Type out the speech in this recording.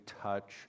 touch